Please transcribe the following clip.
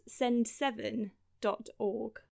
sendseven.org